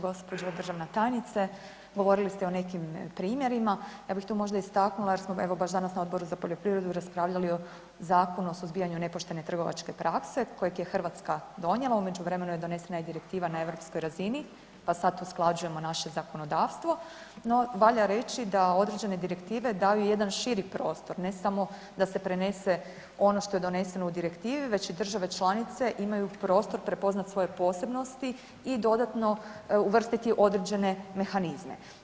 Gđo. državna tajnice, govorili ste o nekim primjerima, ja bih tu možda istaknula jer smo evo baš danas na Odboru za poljoprivredu raspravljali o Zakonu o suzbijanju nepoštene trgovačke prakse kojeg je Hrvatska donijela, u međuvremenu je donesena i direktiva na europskoj razini pa sad usklađujemo naše zakonodavstvo no valja reći da određene direktive daju jedan širi prostor ne samo da se prenese ono što je doneseno u direktivi već i države članice imaju prostor prepoznat svoje posebnosti i dodatno uvrstiti određene mehanizme.